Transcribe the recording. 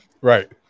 Right